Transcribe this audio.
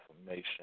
information